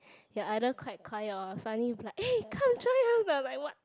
they are either quite quiet or suddenly be like eh come join us I was like what